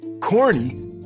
Corny